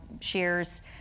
shears